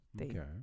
Okay